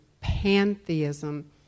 pantheism